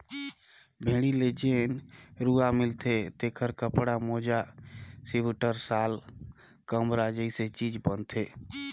भेड़ी ले जेन रूआ मिलथे तेखर कपड़ा, मोजा सिवटर, साल, कमरा जइसे चीज बनथे